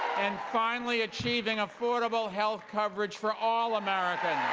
and finally achieving affordable health coverage for all americans.